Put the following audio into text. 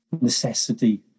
necessity